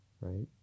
right